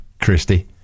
Christie